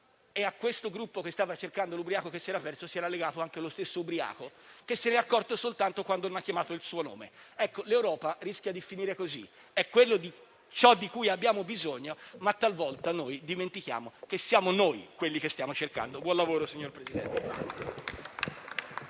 e a questo gruppo che lo stava cercando si è unito anche lo stesso ubriaco, che se n'è accorto soltanto quando hanno chiamato il suo nome. Ecco, l'Europa rischia di finire così; è ciò di cui abbiamo bisogno, ma talvolta dimentichiamo che siamo noi quelli che stiamo cercando. Buon lavoro, signor Presidente.